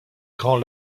grand